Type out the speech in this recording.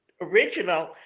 original